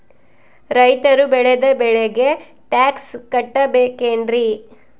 ರೈತರು ಬೆಳೆದ ಬೆಳೆಗೆ ಟ್ಯಾಕ್ಸ್ ಕಟ್ಟಬೇಕೆನ್ರಿ?